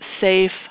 safe